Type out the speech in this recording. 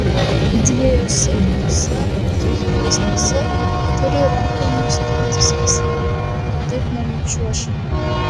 dviejose kitose kiek ilgesnėse turi rankomis stumtis visą laiką kitaip nenučiuoši